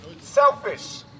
selfish